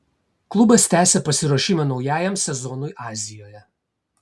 klubas tęsia pasiruošimą naujajam sezonui azijoje